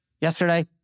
yesterday